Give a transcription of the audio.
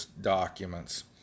documents